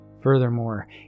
Furthermore